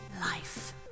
Life